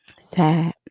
Sad